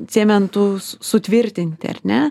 cementu su sutvirtinti ar ne